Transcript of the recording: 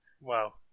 Wow